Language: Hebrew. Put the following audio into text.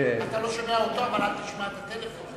אתה לא שומע אותו אבל אל תשמע את הטלפון.